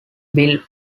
bill